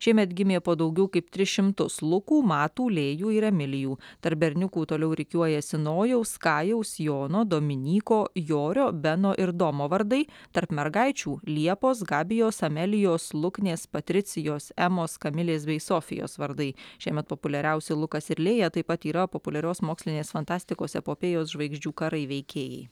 šiemet gimė po daugiau kaip tris šimtus lukų matų lėjų ir emilijų tarp berniukų toliau rikiuojasi nojaus kajaus jono dominyko jorio beno ir domo vardai tarp mergaičių liepos gabijos amelijos luknės patricijos emos kamilės bei sofijos vardai šiemet populiariausi lukas ir lėja taip pat yra populiarios mokslinės fantastikos epopėjos žvaigždžių karai veikėjai